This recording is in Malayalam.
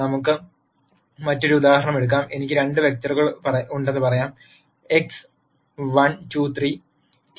നമുക്ക് മറ്റൊരു ഉദാഹരണം എടുക്കാം എനിക്ക് 2 വെക്റ്ററുകളുണ്ടെന്ന് പറയാം എക്സ് 1 2 3 T Y 2 4 6